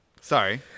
Sorry